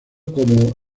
como